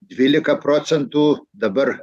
dvylika procentų dabar